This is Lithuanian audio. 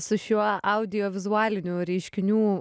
su šiuo audiovizualinių reiškinių